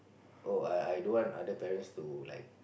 oh I I don't want other parents to like